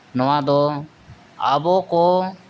ᱱᱚᱣᱟ ᱫᱚ ᱟᱵᱚᱠᱚ